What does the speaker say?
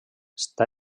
està